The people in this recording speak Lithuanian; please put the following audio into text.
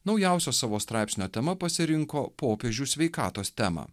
naujausio savo straipsnio tema pasirinko popiežių sveikatos temą